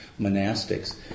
monastics